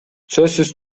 сөзсүз